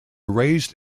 raised